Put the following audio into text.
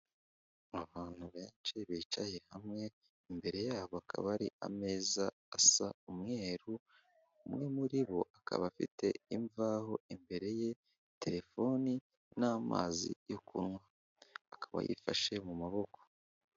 Abantu benshi bicaye hamwe imbere yabo hakaba hari ameza asa umweru umwe muri bo akaba afite imvaho imbere ye, terefoni n'amazi yo kunywa, akaba yifashe mu maboko.